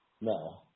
No